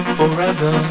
forever